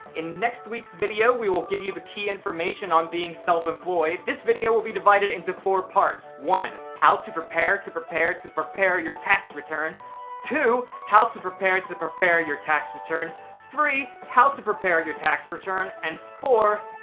in next weeks video we will give you the key information on being self-employed. this video will be divided into four parts. one. how to prepare to prepare to prepare your tax return two. how to prepare to prepare your tax return three. how to prepare your tax return, return, and four.